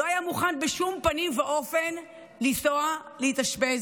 לא היה מוכן בשום פנים ואופן לנסוע להתאשפז